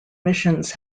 missions